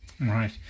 Right